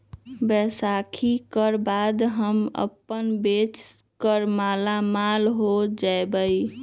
बैसाखी कर बाद हम अपन बेच कर मालामाल हो जयबई